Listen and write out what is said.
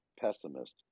pessimist